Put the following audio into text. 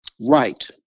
Right